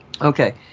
okay